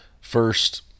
first